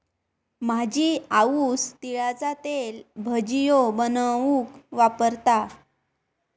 माझी आऊस तिळाचा तेल भजियो बनवूक वापरता